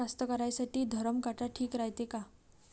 कास्तकाराइसाठी धरम काटा ठीक रायते का?